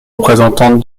représentante